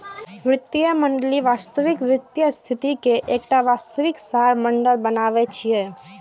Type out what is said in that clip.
वित्तीय मॉडलिंग वास्तविक वित्तीय स्थिति के एकटा वास्तविक सार मॉडल बनेनाय छियै